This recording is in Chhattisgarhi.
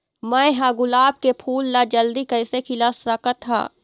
मैं ह गुलाब के फूल ला जल्दी कइसे खिला सकथ हा?